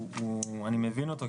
אני מבין אותו,